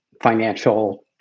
financial